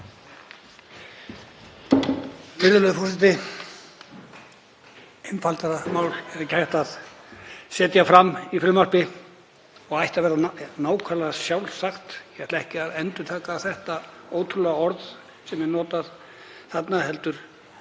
forseti. Einfaldara mál er ekki hægt að setja fram í frumvarpi og ætti að vera sjálfsagt. Ég ætla ekki að endurtaka þetta ótrúlega orð sem er notað þarna heldur